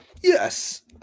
Yes